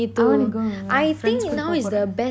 I wanna go with my friends கூட போ போறான்:kuda poo poran